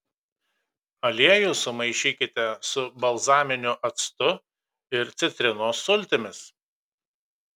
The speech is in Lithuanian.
aliejų sumaišykite su balzaminiu actu ir citrinos sultimis